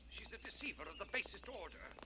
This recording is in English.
she's a deceiver of the basest order.